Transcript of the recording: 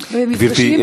גברתי,